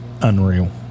unreal